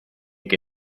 que